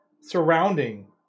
surrounding